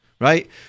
right